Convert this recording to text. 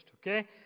Okay